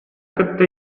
кытта